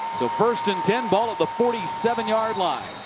so first and ten. ball at the thirty seven yard line.